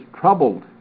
troubled